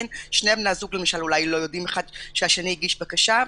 שני בני הזוג למשל אולי לא יודעים שהשני הגיש בקשה,